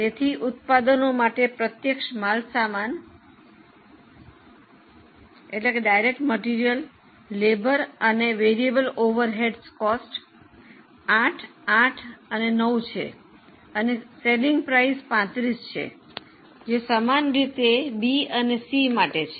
તેથી ઉત્પાદનો માટે પ્રત્યક્ષ માલ સામાન મજૂરી અને ચલિત પરોક્ષ ખર્ચ 8 8 9 છે અને વેચાણ કિંમત 35 છે જે સમાન રીતે બી અને સી માટે છે